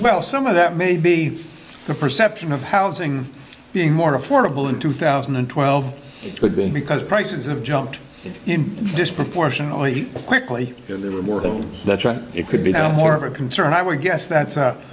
well some of that may be the perception of housing being more affordable in two thousand and twelve it could be because prices have jumped in disproportionately quickly and there were more that it could be more of a concern i would guess that's